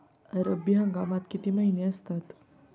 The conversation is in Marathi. रब्बी हंगामात किती महिने असतात?